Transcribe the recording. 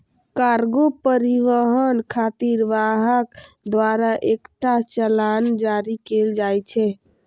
cargo परिवहन खातिर वाहक द्वारा एकटा चालान जारी कैल जाइ छै